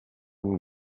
him